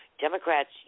Democrats